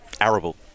arable